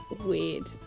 weird